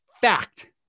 Fact